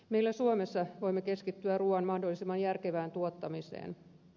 meillä suomessa voimme keskittyä ruuan mahdollisimman järkevään tuottamiseen